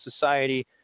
society